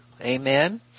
Amen